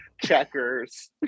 checkers